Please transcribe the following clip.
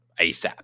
ASAP